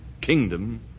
kingdom